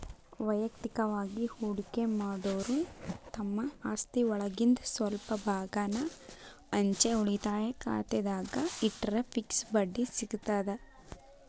ವಯಕ್ತಿಕವಾಗಿ ಹೂಡಕಿ ಮಾಡೋರು ತಮ್ಮ ಆಸ್ತಿಒಳಗಿಂದ್ ಸ್ವಲ್ಪ ಭಾಗಾನ ಅಂಚೆ ಉಳಿತಾಯ ಖಾತೆದಾಗ ಇಟ್ಟರ ಫಿಕ್ಸ್ ಬಡ್ಡಿ ಸಿಗತದ